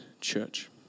church